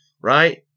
Right